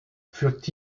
furent